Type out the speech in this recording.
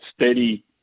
steady